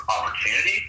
opportunity